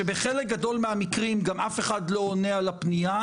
שבחלק גדול מהמקרים גם אף אחד לא עונה על הפנייה,